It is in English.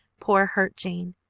poor hurt jane.